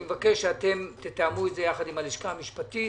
אני מבקש שתתאמו את זה יחד עם הלשכה המשפטית